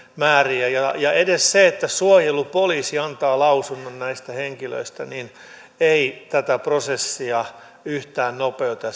määriä ja ja edes se että suojelupoliisi antaa lausunnon näistä henkilöistä ei tätä prosessia yhtään nopeuta